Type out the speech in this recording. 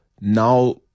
now